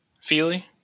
Feely